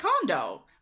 condo